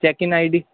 check in ID